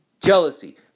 jealousy